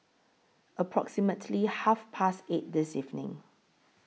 approximately Half Past eight This evening